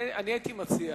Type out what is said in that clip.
לכן הייתי מציע